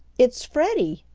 it's freddie,